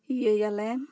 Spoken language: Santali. ᱤᱭᱟᱹ ᱭᱟᱞᱮ